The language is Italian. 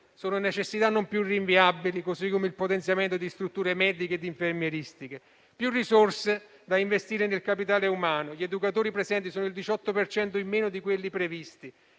sono necessità non più rinviabili, così come il potenziamento di strutture mediche ed infermieristiche. Più risorse da investire nel capitale umano; gli educatori presenti sono il 18 per cento in meno di quelli previsti: